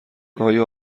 آیا